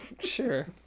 Sure